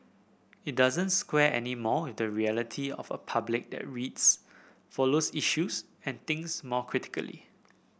it doesn't square anymore with the reality of a public that reads follows issues and thinks more critically